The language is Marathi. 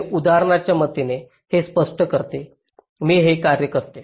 मी उदाहरणाच्या मदतीने हे स्पष्ट करते मी हे कार्य करते